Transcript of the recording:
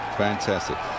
fantastic